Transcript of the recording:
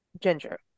ginger